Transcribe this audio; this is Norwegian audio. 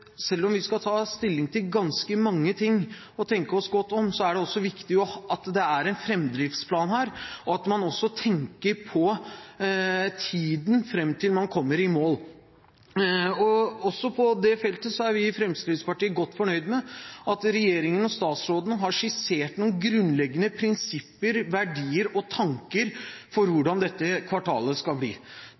selv om vi skal ta stilling til ganske mange ting og tenke oss godt om, er det også viktig at det er en framdriftsplan her, og at man også tenker på tiden fram til man kommer i mål. Også på det feltet er vi i Fremskrittspartiet godt fornøyd med at regjeringen og statsråden har skissert noen grunnleggende prinsipper, verdier og tanker for hvordan dette kvartalet skal bli.